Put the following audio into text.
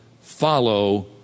follow